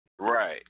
Right